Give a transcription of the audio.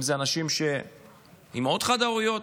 אם זה אימהות חד-הוריות,